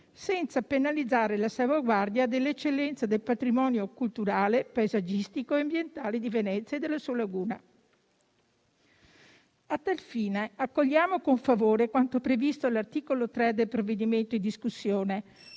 senza penalizzare la salvaguardia dell'eccellenza del patrimonio culturale, paesaggistico e ambientale di Venezia e della sua laguna. A tal fine, accogliamo con favore quanto previsto all'articolo 3 del provvedimento in discussione,